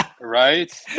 Right